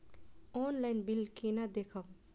Online bill केना देखब?